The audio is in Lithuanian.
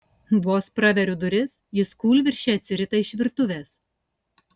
vos praveriu duris jis kūlvirsčia atsirita iš virtuvės